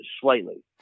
slightly